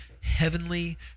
Heavenly